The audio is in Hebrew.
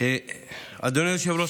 אדוני היושב-ראש,